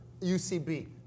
UCB